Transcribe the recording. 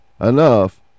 enough